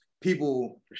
people